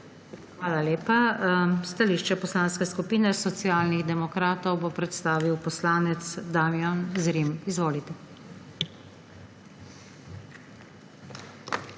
Hvala lepa. Stališče Poslanske skupine Socialnih demokratov bo predstavil poslanec Damijan Zrim. Izvolite.